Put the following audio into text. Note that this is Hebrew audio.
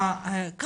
סליחה,